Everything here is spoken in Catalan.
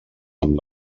amb